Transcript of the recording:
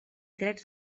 drets